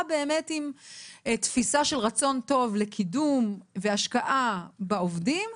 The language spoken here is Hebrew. באמת עם תפיסה של רצון טוב לקידום והשקעה בעובדים.